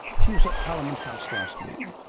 she was at parliament house last week